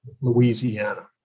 louisiana